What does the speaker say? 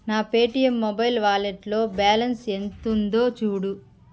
నా Paytm mobile వాలేట్లో balance ఎంతుందో చూడు